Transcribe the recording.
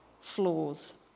flaws